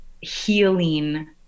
healing